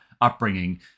upbringing